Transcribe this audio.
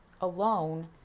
alone